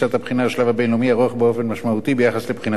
ארוך באופן משמעותי ביחס לבחינתן של בקשות אחרות